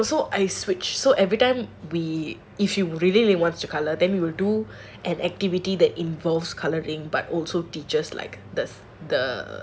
ya no so I switched so everytime we if she really really wants to colour then we will do an activity that involves colouring but also teaches the